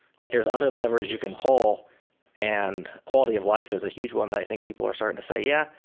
like there's other leverage you can pull and quality of life is a huge one that i think people are starting to say, yeah.